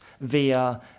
via